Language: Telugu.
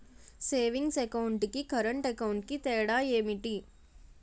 సేవింగ్స్ అకౌంట్ కి కరెంట్ అకౌంట్ కి తేడా ఏమిటి?